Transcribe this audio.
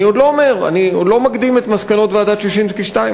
אני לא מקדים את מסקנות ועדת ששינסקי 2,